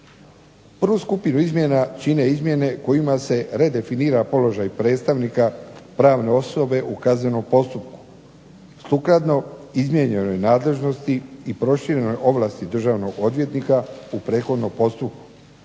Prvu skupinu izmjena čine izmjene kojima se redefinira položaj predstavnika pravne osobe u kaznenom postupku, sukladno izmijenjenoj nadležnosti i proširenoj ovlasti državnog odvjetnika u prethodnom postupku,